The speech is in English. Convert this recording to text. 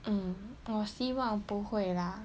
我希望不会啦